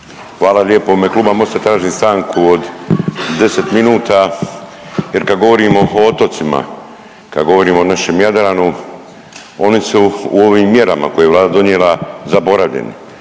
Hvala lijepo. U ime kluba MOST-a tražim stanku od 10 minuta, jer kad govorimo o otocima, kad govorim o našem Jadranu oni su u ovim mjerama koje je Vlada donijela zaboravljeni.